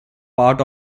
part